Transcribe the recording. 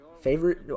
favorite